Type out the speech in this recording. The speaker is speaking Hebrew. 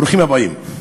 ברוכים הבאים.